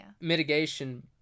mitigation